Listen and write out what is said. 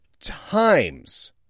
times